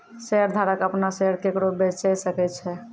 शेयरधारक अपनो शेयर केकरो बेचे सकै छै